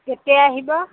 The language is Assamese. কেতিয়া আহিব